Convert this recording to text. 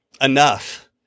enough